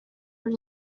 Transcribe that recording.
her